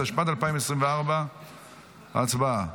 התשפ"ד 2024. הצבעה.